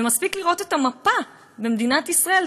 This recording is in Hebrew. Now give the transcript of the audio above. ומספיק לראות את המפה במדינת ישראל,